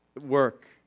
work